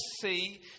see